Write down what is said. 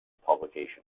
publication